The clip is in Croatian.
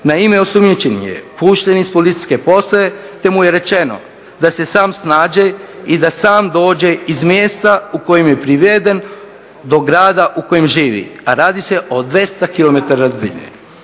Naime, osumnjičeni je pušten iz policijske postaje te mu je rečeno da se sam snađe i da sam dođe iz mjesta u kojem je priveden do grada u kojem živi, a radi se o 200 km dalje bez